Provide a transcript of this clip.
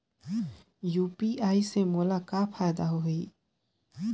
UPI से मोला कौन फायदा होही?